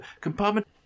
compartment